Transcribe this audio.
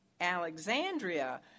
Alexandria